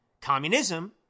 communism